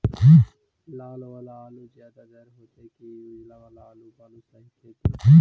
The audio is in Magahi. लाल वाला आलू ज्यादा दर होतै कि उजला वाला आलू बालुसाही खेत में?